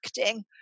acting